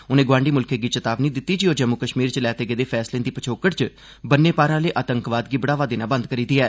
उनें गवांडी मुल्खै गी चेतावनी दित्ती जे ओह् जम्मू कश्मीर च लैते गेदे फैसलें दी पच्छोकड़ च बन्ने पारा आह्ले आतंकवाद गी बढ़ावा देना बंद करी देरै